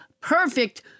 perfect